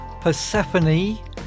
Persephone